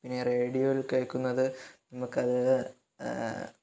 പിന്നെ റേഡിയോയിൽ കേൾക്കുന്നത് നമുക്കത്